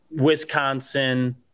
Wisconsin